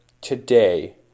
today